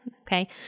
Okay